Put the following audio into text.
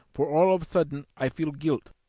for all of sudden i feel guilt,